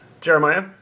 Jeremiah